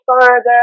further